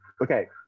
okay